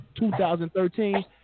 2013